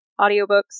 audiobooks